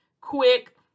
quick